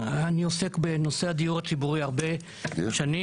אני עוסק בנושא הדיור הציבורי הרבה שנים